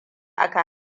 aka